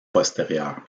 postérieure